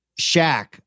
Shaq